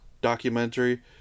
documentary